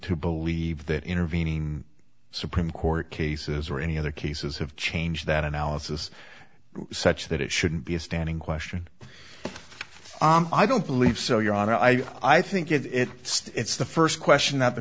to believe that intervening supreme court cases or any other cases have changed that analysis such that it shouldn't be a standing question i don't believe so your honor i i think it's the first question that the